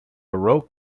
baroque